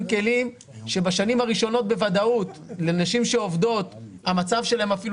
כלים שבשנים הראשונות בוודאות לנשים שעובדות המצב שלהן אפילו